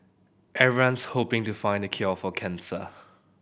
everyone's hoping to find the cure for cancer